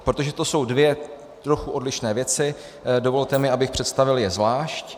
Protože to jsou dvě trochu odlišné věci, dovolte mi, abych je představil zvlášť.